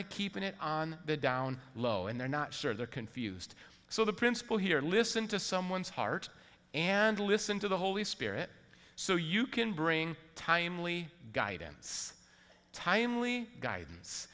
of keeping it on the down low and they're not sure they're confused so the principle here listen to someone's heart and listen to the holy spirit so you can bring timely guidance timely guidance